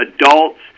adults